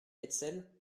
hetzel